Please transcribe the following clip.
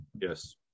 yes